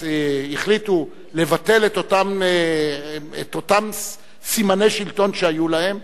החליטו לבטל את אותם סימני שלטון שהיו להם,